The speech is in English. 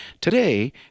today